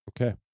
Okay